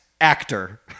actor